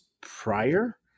prior